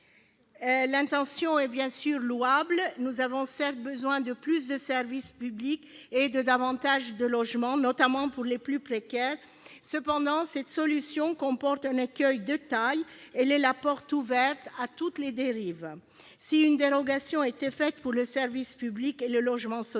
L'intention est bien sûr louable : nous avons, certes, besoin de plus de services publics et de logements plus nombreux, notamment pour les plus précaires. Toutefois, cette solution comporte un écueil de taille : elle est la porte ouverte à toutes les dérives. En effet, si une dérogation était consentie pour le service public et le logement social,